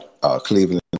Cleveland